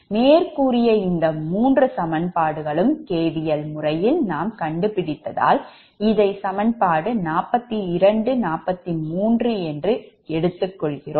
மேற்கூறிய இந்த மூன்று சமன்பாடுகளும் KVL முறையில் நாம் கண்டுபிடித்தால் இதை சமன்பாடு 42 43 என்று எடுத்துக் கொள்கிறோம்